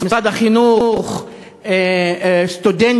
משרד החינוך,